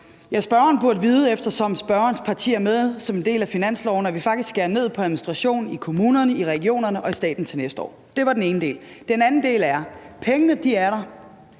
Spørgeren burde vide, eftersom spørgerens parti er med som en del af finansloven, at vi faktisk skærer ned på administration i kommunerne, i regionerne og i staten til næste år. Det var den ene del. Den anden del er, at pengene er der.